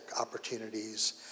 opportunities